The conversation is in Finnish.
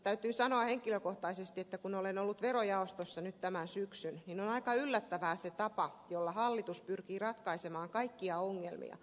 täytyy sanoa henkilökohtaisesti kun olen ollut verojaostossa nyt tämän syksyn että on aika yllättävää se tapa jolla hallitus pyrkii ratkaisemaan kaikkia ongelmia